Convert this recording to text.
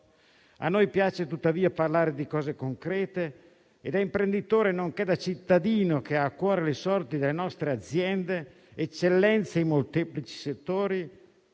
A noi piace tuttavia parlare di cose concrete e da imprenditore, nonché da cittadino che ha a cuore le sorti delle nostre aziende, eccellenze in molteplici settori,